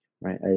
Right